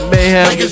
Mayhem